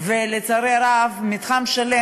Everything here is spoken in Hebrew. לצערי הרב מתחם שלם,